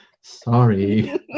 Sorry